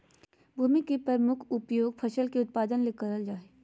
भूमि के प्रमुख उपयोग फसल के उत्पादन ले करल जा हइ